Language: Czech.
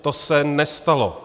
To se nestalo.